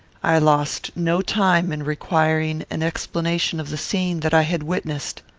i lost no time in requiring an explanation of the scene that i had witnessed.